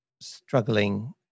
struggling